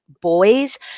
boys